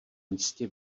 místě